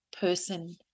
person